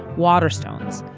waterstones.